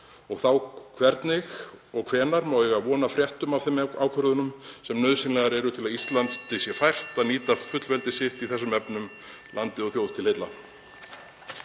og þá hvernig? Og hvenær má eiga von á fréttum af þeim ákvörðunum sem nauðsynlegar eru til að Ísland sé fært að nýta fullveldi sitt í þessum efnum, landi og þjóð til heilla?